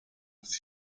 sie